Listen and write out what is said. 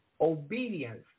Obedience